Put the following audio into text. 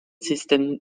systems